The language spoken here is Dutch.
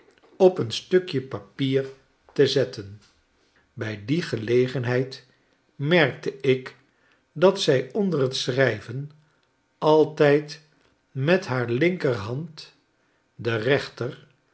op een stukje papier te zetten bij die gelegenheid merkte ik dat zij onder t schrijven altijd met haar linkerhand de reenter